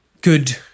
good